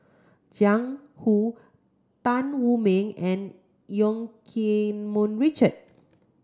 Jiang Hu Tan Wu Meng and Yong Keng Mun Richard